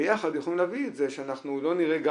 זאת אומרת מאוד מאוד בקלות,